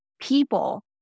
people